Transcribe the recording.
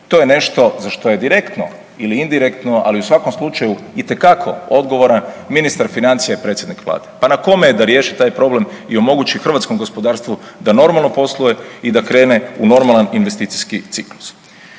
To je nešto za što je direktno ili indirektno, ali u svakom slučaju itekako odgovoran ministar financija i predsjednik vlade. Pa na kome je da riješi taj problem i omogući hrvatskom gospodarstvu da normalno posluje i da krene u normalan investicijski ciklus?